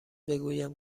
بگویم